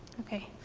ok.